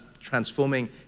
transforming